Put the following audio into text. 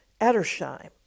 Edersheim